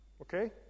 Okay